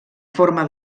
forma